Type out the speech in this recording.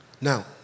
Now